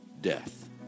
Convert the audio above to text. death